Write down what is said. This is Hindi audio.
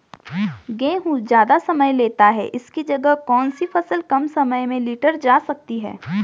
गेहूँ ज़्यादा समय लेता है इसकी जगह कौन सी फसल कम समय में लीटर जा सकती है?